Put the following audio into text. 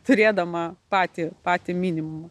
turėdama patį patį minimumą